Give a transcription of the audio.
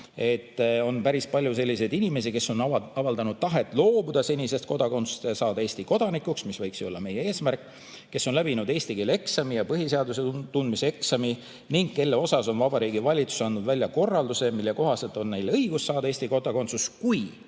et on päris palju selliseid inimesi, kes on avaldanud tahet loobuda senisest kodakondsusest ja saada Eesti kodanikuks – see võiks ju olla meie eesmärk –, kes on läbinud eesti keele eksami ja põhiseaduse tundmise eksami ning kelle kohta on Vabariigi Valitsus andnud välja korralduse, mille kohaselt on neil õigus saada Eesti kodakondsus, kui